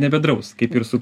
nebedraus kaip ir su